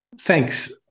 Thanks